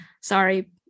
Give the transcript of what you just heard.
sorry